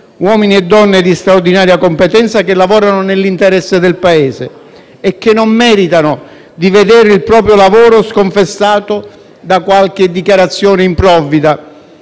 Uomini e donne di straordinaria competenza che lavorano nell'interesse del Paese e che non meritano di vedere il proprio lavoro sconfessato da qualche dichiarazione improvvida